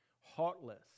heartless